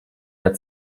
der